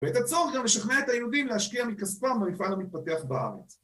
ואת הצורך גם לשכנע את היהודים להשקיע מכספם במפעל המתפתח בארץ.